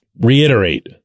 reiterate